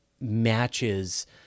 matches